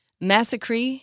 Massacre